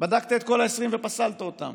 בדקת את כל ה-20 ופסלת אותם.